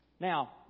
Now